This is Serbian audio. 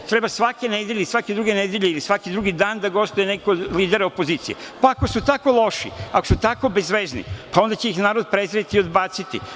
Treba svake druge nedelje ili svaki drugi dan da gostuje neko od lidera opozicije, pa ako su tako loši, ako su tako bezvezni, onda će ih narod prezreti i odbaciti.